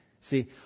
See